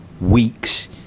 weeks